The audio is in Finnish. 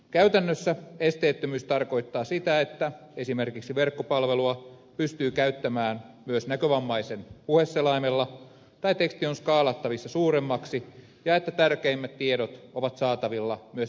käytännössä esteettömyys tarkoittaa sitä että esimerkiksi verkkopalvelua pystyy käyttämään myös näkövammaisen puheselaimella tai teksti on skaalattavissa suuremmaksi ja että tärkeimmät tiedot ovat saatavilla myös selkokielisinä